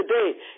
today